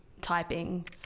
typing